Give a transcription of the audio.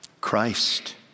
Christ